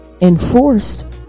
enforced